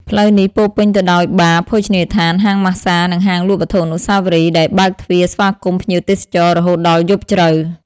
ផ្លូវនេះពោរពេញទៅដោយបារ ភោជនីយដ្ឋាន ហាងម៉ាស្សា និងហាងលក់វត្ថុអនុស្សាវរីយ៍ ដែលបើកទ្វារស្វាគមន៍ភ្ញៀវទេសចររហូតដល់យប់ជ្រៅ។